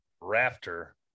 rafter